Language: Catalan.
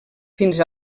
fins